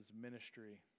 ministry